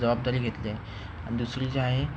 जबाबदारी घेतली आहे आणि दुसरी जी आहे